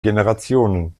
generationen